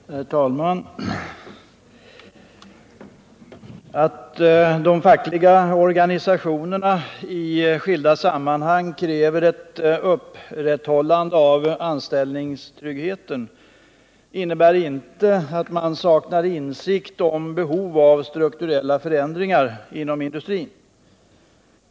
Herr talman! Att de fackliga organisationerna i skilda sammanhang kräver ett upprätthållande av anställningstryggheten innebär inte att man saknar insikt om behov av strukturella förändringar inom industrin.